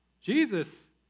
Jesus